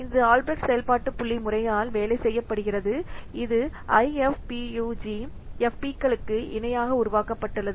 இது ஆல்பிரெக்ட் செயல்பாட்டு புள்ளி முறையால் வேலை செய்யப்படுகிறது இது ஐஎஃப்பியுஜி எஃப் பி களுக்கு இணையாக உருவாக்கப்பட்டுள்ளது